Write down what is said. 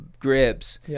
Grips